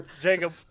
Jacob